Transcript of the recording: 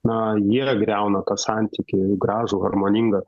na jie griauna tą santykį gražų harmoningą